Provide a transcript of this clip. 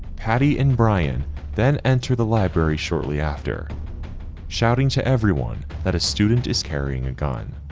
patty and bryan then enter the library shortly after shouting to everyone that a student is carrying a gun.